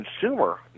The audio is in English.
consumer